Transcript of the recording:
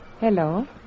Hello